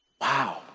Wow